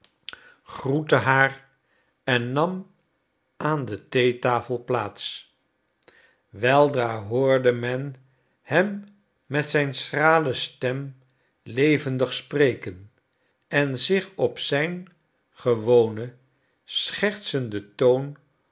groette haar en nam aan de theetafel plaats weldra hoorde men hem met zijn schrale stem levendig spreken en zich op zijn gewonen schertsenden toon